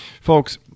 folks